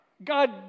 God